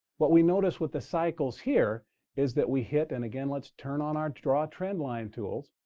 what we notice with the cycles here is that we hit and again, let's turn on our draw trendline tool.